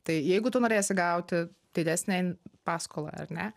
tai jeigu tu norėsi gauti didesnę paskolą ar ne